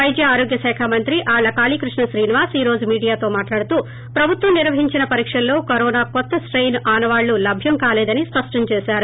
వైద్య ఆరోగ్య శాఖ మంత్రి ఆర్ల కాళీకృష్ణ శ్రీనివాస్ ఈ రోజు మీడియాతో మాట్లాడుతూ ప్రభుత్వం నిర్వహించిన పరీక్షల్లో కరోనా కొత్త స్లెయిన్ ఆనవాళ్లు లభ్యం కాలేదని స్పష్టం చేసారు